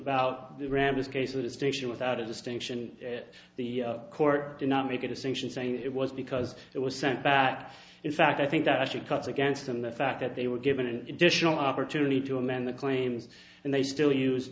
about the ramsey case a distinction without a distinction the court did not make a distinction saying it was because it was sent back in fact i think that actually cuts against them the fact that they were given an additional opportunity to amend the claim and they still use